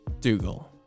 Dougal